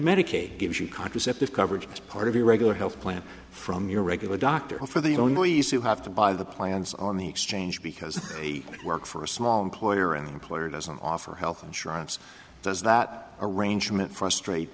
medicaid gives you contraceptive coverage as part of your regular health plan from your regular doctor and for the only use who have to buy the plans on the exchange because they work for a small employer and the employer doesn't offer health insurance does that arrangement frustrate